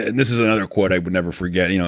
and this is another quote i would never forget, you know